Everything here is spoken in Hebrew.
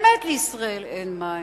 באמת לישראל אין מים,